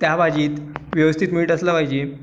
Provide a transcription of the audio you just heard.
त्या भाजीत व्यवस्थित मीठ असलं पाहिजे